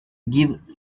give